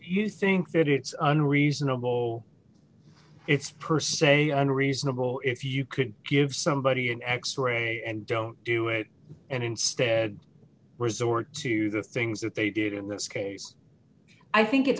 you think that it's under reasonable it's per se unreasonable if you could give somebody an x ray and don't do it and instead resort to the things that they did in this case i think it